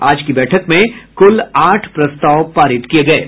आज की बैठक में कुल आठ प्रस्ताव पारित किये गये हैं